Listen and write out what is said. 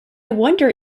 wonder